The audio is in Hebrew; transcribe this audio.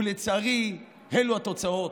ולצערי אלו התוצאות.